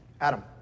Adam